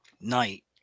night